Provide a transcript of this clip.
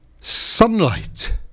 Sunlight